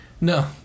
No